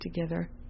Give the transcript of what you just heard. together